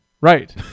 right